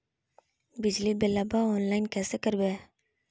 बिजली बिलाबा ऑनलाइन कैसे करबै?